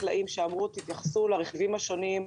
הם אמרו: תתייחסו לרכיבים השונים,